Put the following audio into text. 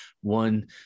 one